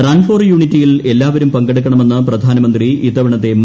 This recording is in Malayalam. റൺ ഫോർ യൂണിറ്റിയിൽ എല്ലാവരും പങ്കെടുക്കണമെന്ന് പ്രധാനമന്ത്രി ഇത്തവണത്തെട്ടു